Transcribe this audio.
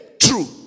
true